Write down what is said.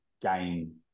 gain